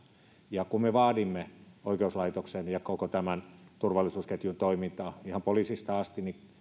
ja kun me vaadimme oikeuslaitoksen ja koko tämän turvallisuusketjun toimintaa ihan poliisista asti niin